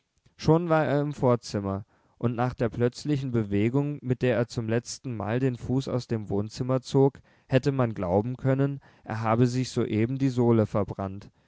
schon war er im vorzimmer und nach der plötzlichen bewegung mit der er zum letztenmal den fuß aus dem wohnzimmer zog hätte man glauben können er habe sich soeben die sohle verbrannt